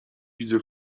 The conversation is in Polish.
widzę